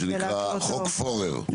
נכון, מה שנקרא חוק פורר.